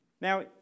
Now